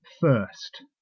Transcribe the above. first